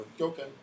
Okay